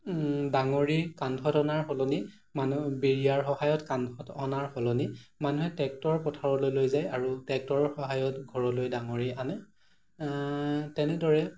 ডাঙৰি কান্ধত অনাৰ সলনি মানুহে বিৰিয়াৰ সহায়ত কান্ধত অনাৰ সলনি মানুহে টেক্টৰ পথাৰলৈ লৈ যায় আৰু টেক্টৰৰ সহায়ত ঘৰলৈ ডাঙৰি আনে তেনেদৰে